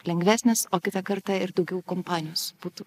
lengvesnis o kitą kartą ir daugiau kompanijos būtų